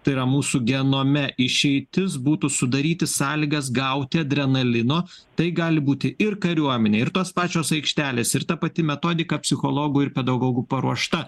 tai yra mūsų genome išeitis būtų sudaryti sąlygas gauti adrenalino tai gali būti ir kariuomenė ir tos pačios aikštelės ir ta pati metodika psichologų ir pedagogų paruošta